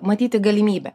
matyti galimybę